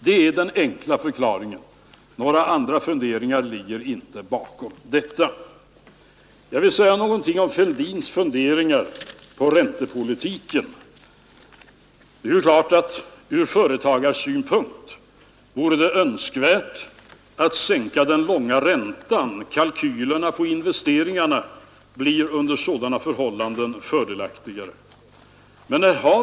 Det är den enkla förklaringen; några andra funderingar ligger inte bakom detta. Jag vill sedan säga några ord om herr Fälldins funderingar beträffande räntepolitiken. Ur företagarsynpunkt vore det naturligtvis önskvärt att sänka räntan på de långa lånen; investeringskalkylerna blir under sådana förhållanden fördelaktigare.